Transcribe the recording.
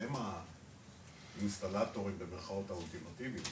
כי הם ה"אינסטלטורים" האולטימטיביים,